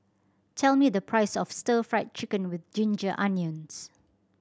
tell me the price of Stir Fried Chicken With Ginger Onions